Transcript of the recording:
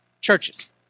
churches